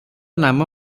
ନାମ